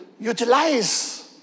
utilize